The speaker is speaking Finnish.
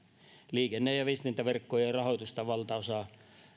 liikenne ja ja viestintäverkkojen rahoituksesta valtaosa